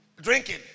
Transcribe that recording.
drinking